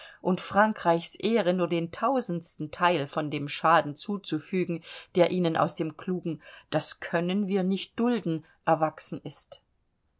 und frankreichs ehre nur den tausendsten teil von dem schaden zuzufügen der ihnen aus dem klugen das können wir nicht dulden erwachsen ist